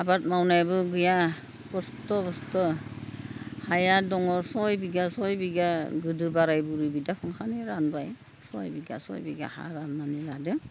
आबाद मावनायबो गैया खस्थ' मस्थ' हाया दङ सय बिगा सय बिगा गोदो बोराइ बुरै बिदा फंबाइनो रानबाय सय बिगा सय बिगा हा राननानै लादों